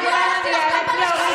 אני מדברת על אותה אחת שאמרה לי רק